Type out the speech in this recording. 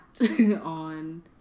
on